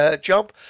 Job